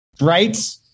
right